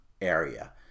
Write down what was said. area